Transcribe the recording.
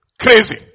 Crazy